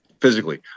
physically